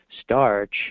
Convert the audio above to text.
starch